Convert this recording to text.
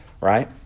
right